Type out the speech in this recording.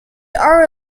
are